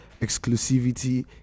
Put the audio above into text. exclusivity